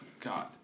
God